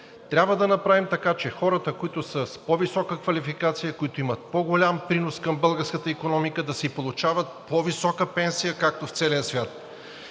трябва да направим така, че хората, които са с по-висока квалификация, които имат по-голям принос към българската икономика, да си получават по-висока пенсия, както в целия свят.